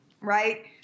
right